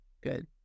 Good